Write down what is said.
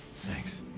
sex